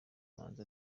manzi